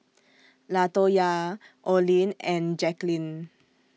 Latoyia Olin and Jacklyn